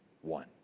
one